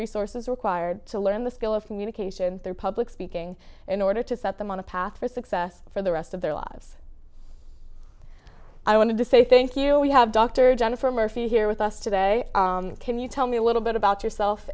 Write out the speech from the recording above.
resources required to learn the skill of communication their public speaking in order to set them on a path for success for the rest of their lives i wanted to say thank you we have dr jennifer murphy here with us today can you tell me a little bit about yourself